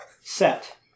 set